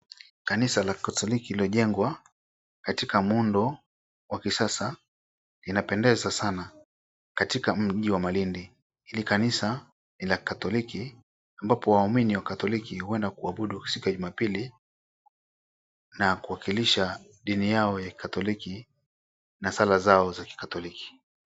Kanisa la Kikatoliki lililojengwa kwa muundo wa kisasa linapendeza sana katika mji wa Malindi. Hili kanisa la Kikatoliki ambapo waumini huenda kuabudu siku ya Jumapili na kuwakilisha dini yao na sala zao za Kikatoliki.